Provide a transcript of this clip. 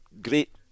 great